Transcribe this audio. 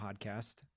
podcast